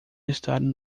estar